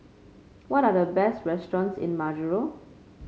what are the best restaurants in Majuro